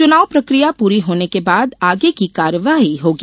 चुनाव प्रकिया पूरी होने के बाद आगे की कार्यवाही होगी